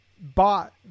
bought